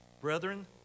Brethren